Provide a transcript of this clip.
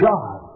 God